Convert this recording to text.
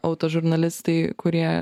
autožurnalistai kurie